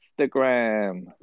Instagram